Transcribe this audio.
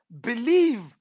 believe